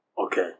Okay